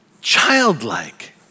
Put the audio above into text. childlike